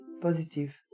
positive